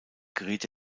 geriet